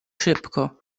szybko